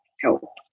help